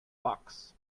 box